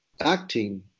acting